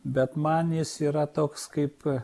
bet man jis yra toks kaip